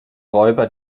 räuber